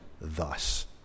thus